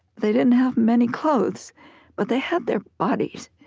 they didn't have many clothes but they had their bodies.